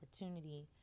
opportunity